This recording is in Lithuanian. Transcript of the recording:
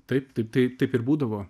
taip taip tai taip ir būdavo